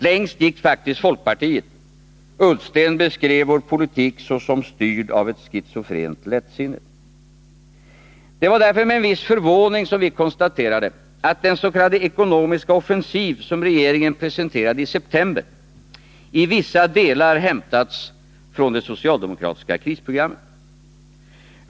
Längst gick faktiskt folkpartiet — Ola Ullsten beskrev vår politik såsom styrd av ett schizofrent lättsinne. Det var därför med en viss förvåning som vi konstaterade att den s.k. ekonomiska offensiv som regeringen presenterade i september i vissa delar hämtats från det socialdemokratiska krisprogrammet.